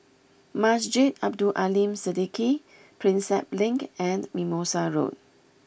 Masjid Abdul Aleem Siddique Prinsep Link and Mimosa Road